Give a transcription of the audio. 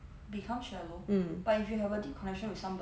mm